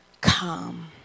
come